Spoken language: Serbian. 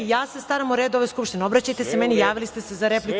Ja se staram o redu ove Skupštine, obraćajte se meni, javili ste za repliku.